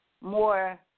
more